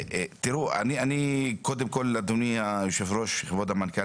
אדוני היושב ראש, כבוד המנכ"ל,